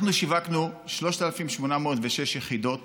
אנחנו שיווקנו 3,806 יחידות